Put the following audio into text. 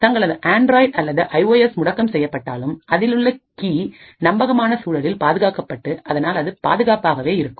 தங்களது ஆண்ட்ராய்டு அல்லது ஐஓஎஸ் முடக்கம் செய்யப்பட்டாலும் அதிலுள்ள கீ நம்பகமான சூழலில் பாதுகாக்கப்பட்டு அதனால் அது பாதுகாப்பாகவே இருக்கும்